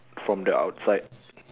from the outside